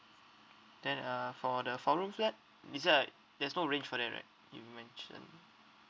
then uh for the four room flat is there a there's no range for that right you mentioned